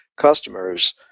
customers